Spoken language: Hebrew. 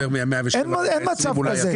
אין מצב כזה,